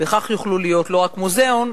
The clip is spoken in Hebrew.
וכך יוכלו להיות לא רק מוזיאון,